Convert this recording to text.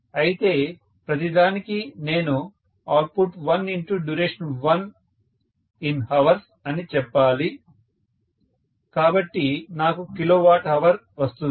అయితే ప్రతిదానికీ నేను output1duration1 in hours అని చెప్పాలి కాబట్టి నాకు kW hr వస్తుంది